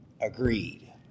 agreed